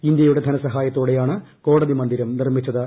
ഇന്ത്യയുടെ ധനസഹായത്തോടെയാണ് കോടതി ്മന്ദിരം നിർമ്മിച്ചത്